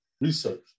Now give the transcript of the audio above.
research